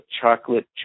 chocolate